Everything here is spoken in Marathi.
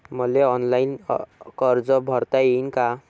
मले ऑनलाईन कर्ज भरता येईन का?